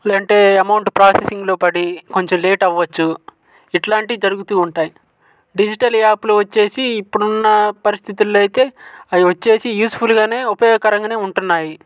ఏమిటంటే అమౌంట్ ప్రాసెసింగ్లో పడి కొంచెం లేట్ అవ్వొచ్చు ఇట్లాంటివి జరుగుతూ ఉంటాయి డిజిటల్ యాప్లో వచ్చేసి ఇప్పుడు ఉన్న పరిస్థితుల్లో అయితే అవి వచ్చేసి యూజ్ఫుల్ గానే ఉపయోగకరంగానే ఉంటున్నాయి